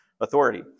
authority